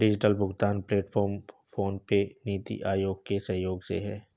digital भुगतान platform PhonePe, NITI Aayog के सहयोग से है